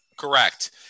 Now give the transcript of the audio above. Correct